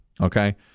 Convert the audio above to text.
Okay